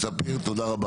ספיר תודה רבה.